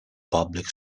public